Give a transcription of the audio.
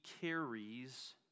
carries